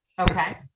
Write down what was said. Okay